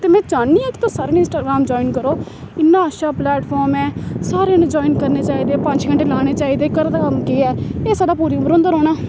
ते में चाह्न्नी आं कि तुस सारे जने इंस्टाग्राम ज्वाइन करो इन्ना अच्छा प्लेटफार्म ऐ सारे जने ज्वाइन करने चाहिदे पंज छे घैंटे लाने चाहिदे घर दा कम्म केह् ऐ एह् साढ़ा पूरी उमर होंदा रौह्ना